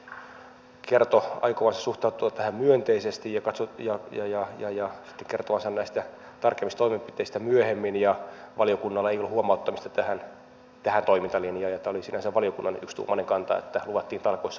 t hallitus kertoi aikovansa suhtautua tähän myönteisesti ja kertovansa näistä tarkemmista toimenpiteistä myöhemmin niin valiokunnalla ei ollut huomauttamista tähän toimintalinjaan ja tämä oli sinänsä valiokunnan yksituumainen kanta että luvattiin talkoissa mukana olla